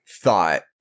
thought